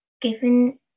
given